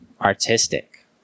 artistic